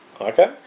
Okay